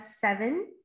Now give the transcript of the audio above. seven